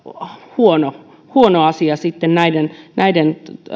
huono huono asia näiden näiden